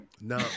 No